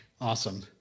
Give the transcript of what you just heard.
Awesome